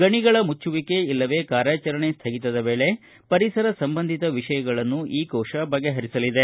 ಗಣಿಗಳ ಮುಚ್ಚುವಿಕೆ ಇಲ್ಲವೆ ಕಾರ್ಯಾಚರಣೆ ಸ್ಥಗಿತದ ವೇಳೆ ಪರಿಸರ ಸಂಬಂಧಿತ ವಿಷಯಗಳನ್ನು ಈ ಕೋಶ ಬಗೆಹರಿಸಲಿದೆ